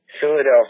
Philadelphia